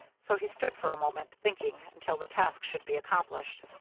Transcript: so he stood for a moment, thinking, until the task should be accomplished.